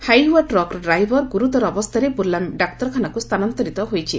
Hyva ଟ୍ରକର driver ଗୁରୁତର ଅବସ୍ଷାରେ ବୁର୍ଲା ଡାକ୍ତରଖାନାକୁ ସ୍ଥାନାନ୍ତରିତ ହୋଇଛି